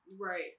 right